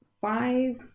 five